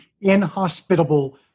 inhospitable